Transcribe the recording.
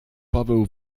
paweł